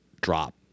drop